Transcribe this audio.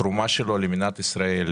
התרומה שלו למדינת ישראל,